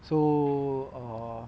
so err